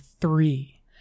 three